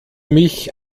mich